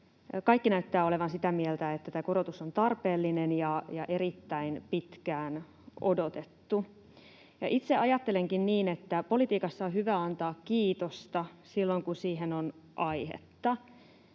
Kaikki näyttävät olevan sitä mieltä, että tämä korotus on tarpeellinen ja erittäin pitkään odotettu. Itse ajattelenkin, että politiikassa on hyvä antaa kiitosta silloin, kun siihen on aihetta,